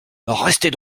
restez